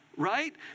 right